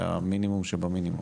זה המינימום שבמינימום,